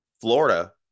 Florida